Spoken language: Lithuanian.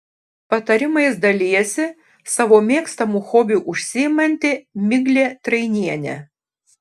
patarimais dalijasi savo mėgstamu hobiu užsiimanti miglė trainienė